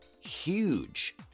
huge